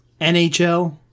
NHL